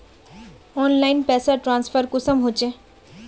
Online पैसा transfer कुंसम होचे?